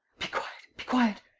be quiet. be quiet!